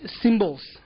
symbols